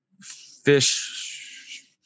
fish